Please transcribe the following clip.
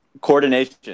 Coordination